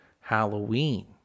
Halloween